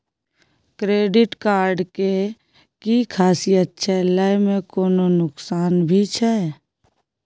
Credit card के कि खासियत छै, लय में कोनो नुकसान भी छै?